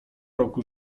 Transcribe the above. roku